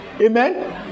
Amen